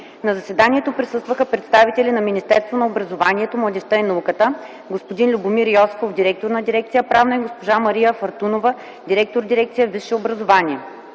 На заседанието присъстваха представители на Министерството на образованието, младежта и науката: господин Любомир Йосифов – директор на дирекция „Правна” и госпожа Мария Фъртунова – директор на дирекция „Висше образование”.